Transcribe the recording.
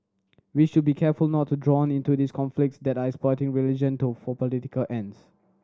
we should be careful not to drawn into these conflicts that are exploiting religion to for political ends